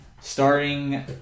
starting